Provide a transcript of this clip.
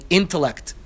intellect